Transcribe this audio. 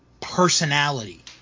personality